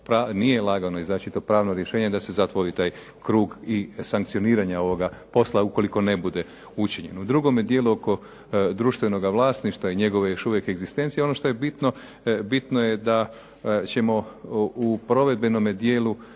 nije lagano iznaći to pravno rješenje da se zatvori taj krug i sankcioniranja ovoga posla ukoliko ne bude učinjeno. U drugome dijelu oko društvenoga vlasništva i njegove još uvijek egzistencije. Ono što je bitno, bitno je da ćemo u provedbenome dijelu